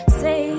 say